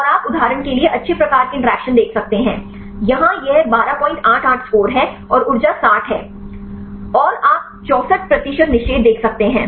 और आप उदाहरण के लिए अच्छे प्रकार के इंटरैक्शन देख सकते हैं यहां यह 1288 स्कोर है और ऊर्जा 60 है और आप 64 प्रतिशत निषेध देख सकते हैं